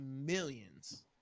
millions